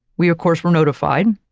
we of course, were notified